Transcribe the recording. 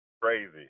crazy